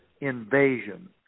invasion